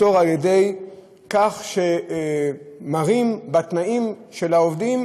על-ידי כך שמרעים תנאים של העובדים,